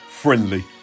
friendly